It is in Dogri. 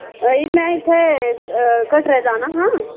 में इत्थै कटरा जाना हा